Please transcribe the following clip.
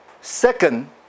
Second